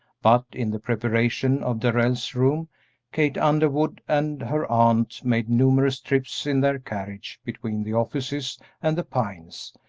but in the preparation of darrell's room kate underwood and her aunt made numerous trips in their carriage between the offices and the pines,